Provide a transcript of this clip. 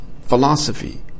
philosophy